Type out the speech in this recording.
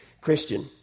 Christian